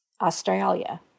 Australia